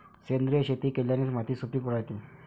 सेंद्रिय शेती केल्याने माती सुपीक राहते